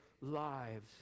lives